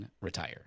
retire